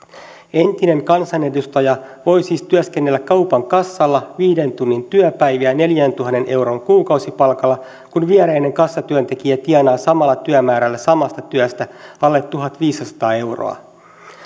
entinen kansanedustaja voi siis työskennellä kaupan kassalla viiden tunnin työpäiviä neljäntuhannen euron kuukausipalkalla kun viereinen kassatyöntekijä tienaa samalla työmäärällä samasta työstä alle tuhatviisisataa euroa